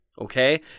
Okay